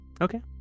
okay